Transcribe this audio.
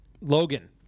Logan